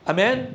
Amen